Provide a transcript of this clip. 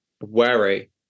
wary